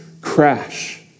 crash